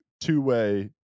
two-way